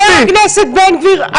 חבר הכנסת בן גביר,